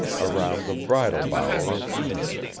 around the bridal-bower of eve.